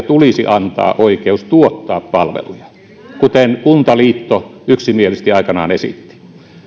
tulisi antaa oikeus tuottaa palveluja kuten kuntaliitto yksimielisesti aikanaan esitti